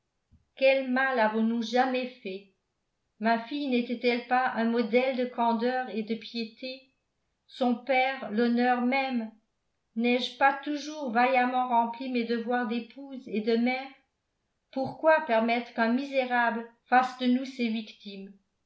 quel mal avons-nous jamais fait ma fille n'était-elle pas un modèle de candeur et de piété son père l'honneur même n'ai-je pas toujours vaillamment rempli mes devoirs d'épouse et de mère pourquoi permettre qu'un misérable fasse de nous ses victimes